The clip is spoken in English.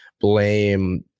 blame